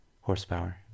horsepower